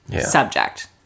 subject